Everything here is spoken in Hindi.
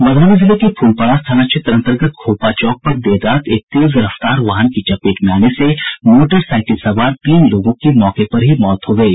मधुबनी जिले के फुलपरास थाना क्षेत्र अंतर्गत खोपा चौक पर देर रात एक तेज रफ्तार वाहन की चपेट में आने से मोटरसाईकिल सवार तीन लोगों की मौके पर ही मौत हो गयी